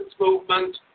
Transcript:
movement